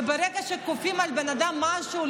וברגע שכופים על בן אדם משהו,